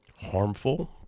harmful